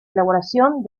elaboración